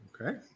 Okay